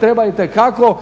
treba itekako